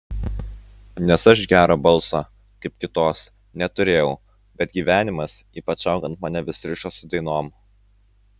nes aš gero balso kaip kitos neturėjau bet gyvenimas ypač augant mane vis rišo su dainom